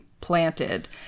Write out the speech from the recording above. planted